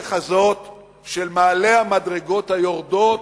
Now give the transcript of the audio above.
בדרך הזאת של מעלה המדרגות היורדות,